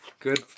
Good